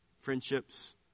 Friendships